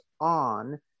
on